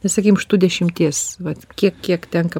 na sakykim iš tų dešimties vat kiek kiek tenka